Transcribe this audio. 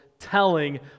telling